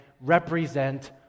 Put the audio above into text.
represent